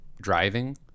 driving